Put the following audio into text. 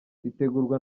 ritegurwa